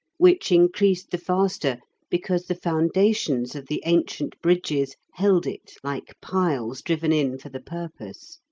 which increased the faster because the foundations of the ancient bridges held it like piles driven in for the purpose.